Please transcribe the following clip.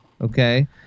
okay